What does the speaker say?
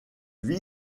vit